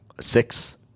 Six